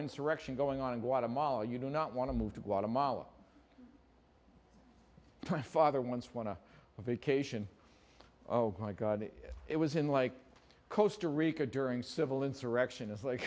insurrection going on in guatemala you do not want to move to guatemala my father once went to a vacation oh my god it was in like kosta rica during civil insurrection it's like